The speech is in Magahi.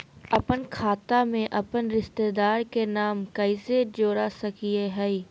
अपन खाता में अपन रिश्तेदार के नाम कैसे जोड़ा सकिए हई?